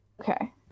Okay